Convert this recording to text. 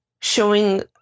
showing